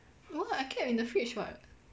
what I kept in the fridge [what]